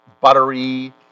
buttery